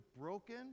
broken